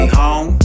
home